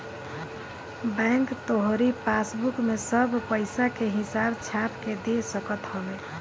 bank तोहरी passbook में सब पईसा के हिसाब छाप के दे सकत हवे